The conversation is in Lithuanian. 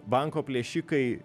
banko plėšikai